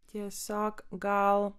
tiesiog gal